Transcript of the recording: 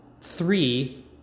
Three